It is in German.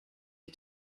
ich